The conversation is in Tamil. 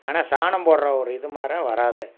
ஆனால் சாணம் போடுற ஒரு இதுமாரி வராது